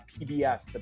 PBS